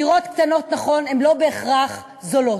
דירות קטנות, נכון, הן לא בהכרח זולות,